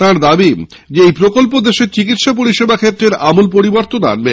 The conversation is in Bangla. তাঁর দাবি এই প্রকল্প দেশের চিকিত্সা পরিষেবা ক্ষেত্রের আমূল পরিবর্তন আনবে